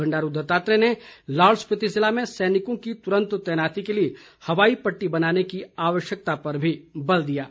बंडारू दत्तात्रेय ने लाहौल स्पीति ज़िले में सैनिकों की तुरंत तैनाती के लिए हवाई पट्टी बनाने की आवश्यकता पर भी बल दिया है